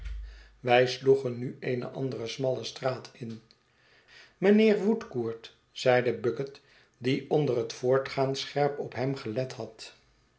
wij sloegen nu eene andere smalle straat in mijnheer woodcourt zeide bucket die onder het voortgaan scherp op hem gelet had